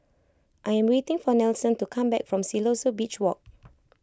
I am waiting for Nelson to come back from Siloso Beach Walk